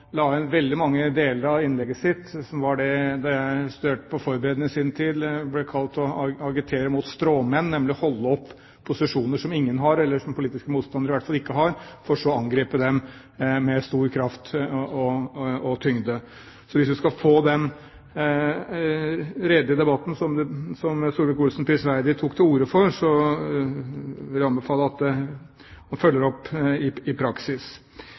la inn i veldig mange deler av innlegget sitt noe som da jeg studerte til forberedende i sin tid, ble kalt å agitere mot stråmenn, nemlig holde opp posisjoner som ingen har, eller som politiske motstandere i hvert fall ikke har, for så å angripe dem med stor kraft og tyngde. Så hvis vi skal få den redelige debatten som Solvik-Olsen prisverdig tok til orde for, vil jeg anbefale at han følger opp i praksis. Det grunnleggende i